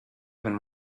even